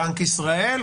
בנק ישראל,